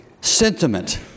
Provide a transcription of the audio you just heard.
sentiment